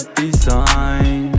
design